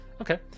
Okay